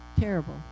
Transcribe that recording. Terrible